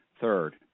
Third